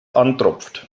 antropft